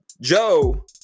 Joe